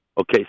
Okay